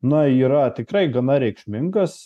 na yra tikrai gana reikšmingas